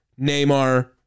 Neymar